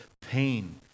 pain